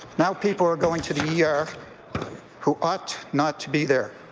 now people are going to the yeah er who ought not to be there.